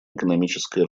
экономическое